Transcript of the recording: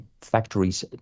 factories